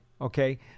Okay